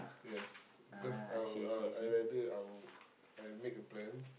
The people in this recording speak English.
yes because I I I rather I'll I make a plan